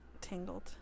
tangled